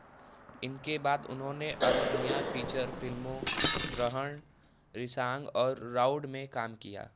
इनके बाद उन्होंने असमिया फीचर फिल्मों ग्रहण रिशांग और राउड में काम किया